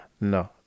no